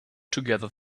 together